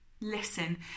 Listen